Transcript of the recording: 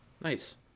Nice